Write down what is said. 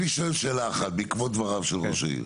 אני שואל שאלה אחת, בעקבות דבריו של ראש העיר.